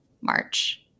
march